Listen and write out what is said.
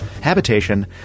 Habitation